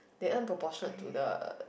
they earn proportionate to the